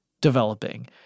developing